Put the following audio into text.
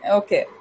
okay।